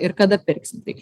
ir kada pirksim tai